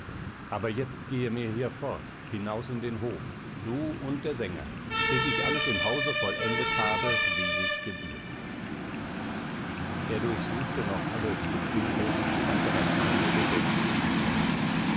aber jetzt gehe mir hier fort hinaus in den hof du und der sänger bis ich alles im hause vollendet habe wie sich gebührt er durchsuchte noch alle schlupfwinkel fand aber keine lebendige seele mehr